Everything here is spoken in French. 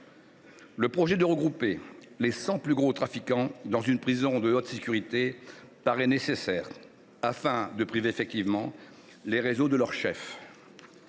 Le projet de regrouper les cent plus gros trafiquants dans une prison de haute sécurité paraît nécessaire pour priver effectivement les réseaux de leurs chefs.